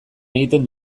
egiten